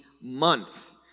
Month